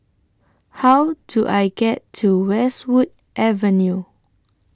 How Do I get to Westwood Avenue